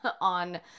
on